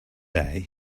day